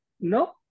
no